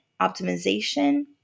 optimization